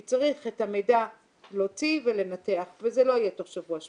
כי את המידע צריך להוציא ולנתח וזה לא יהיה תוך שבוע-שבועיים.